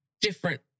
different